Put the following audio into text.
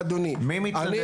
אדוני סגן השר,